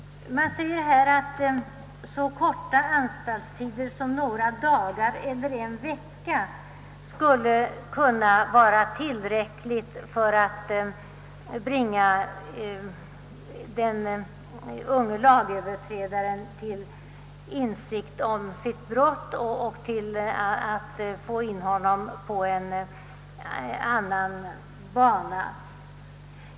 Här har sagts att så korta anstaltstider som några dagar eller en vecka skulle kunna vara tillräckliga för att bringa den unge lagöverträdaren till insikt om hans brott och till att få in honom på en annan bana.